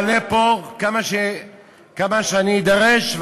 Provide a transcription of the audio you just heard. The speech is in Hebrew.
אני אעלה לפה כמה שאני אדרש,